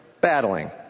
battling